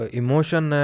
emotion